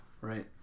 right